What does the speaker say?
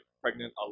pregnant